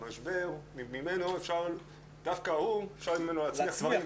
המשבר, דווקא ממנו אפשר להצליח.